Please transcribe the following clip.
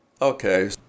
Okay